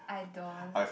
I don't